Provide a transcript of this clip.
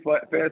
fast